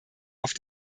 auf